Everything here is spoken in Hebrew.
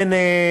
והוא בן 30,